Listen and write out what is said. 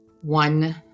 One